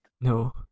no